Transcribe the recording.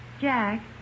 Jack